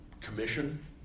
commission